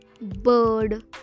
bird